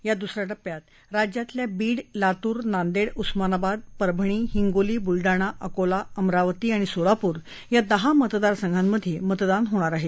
या दुसऱ्या टप्प्यात राज्यातल्या बीड लातूर नांदेड उस्मानाबाद परभणी हिगोली बुलडाणा अकोला अमरावती आणि सोलापूर या दहा मतदार संघांमधे मतदान होणार आहे